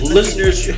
listeners